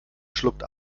schluckt